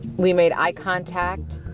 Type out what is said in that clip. we made eye contact.